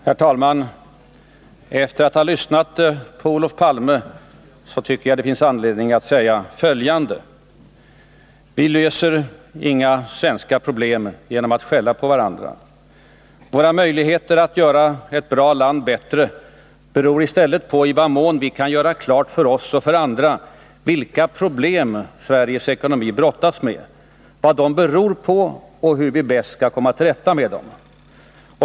Herr talman! Efter att ha lyssnat på Olof Palme tycker jag att det finns anledning att säga följande. Vi löser inga svenska problem genom att skälla på varandra. Våra möjligheter att göra ett bra land bättre beror i stället på i vad mån vi kan göra klart för oss och för andra vilka problem Sveriges ekonomi brottas med, vad de beror på och hur vi bäst skall komma till rätta med dem.